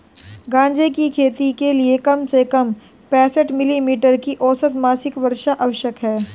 गांजे की खेती के लिए कम से कम पैंसठ मिली मीटर की औसत मासिक वर्षा आवश्यक है